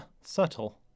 Subtle